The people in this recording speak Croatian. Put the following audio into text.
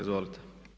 Izvolite.